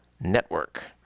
Network